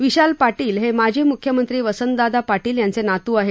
विशाल पाटील माजी म्ख्यमंत्री वसंतदादा पाटील यांचे नातू आहेत